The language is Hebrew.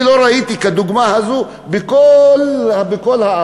אני לא ראיתי כדוגמה הזאת בכל הארץ.